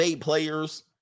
players